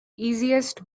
easiest